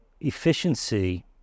efficiency